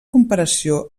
comparació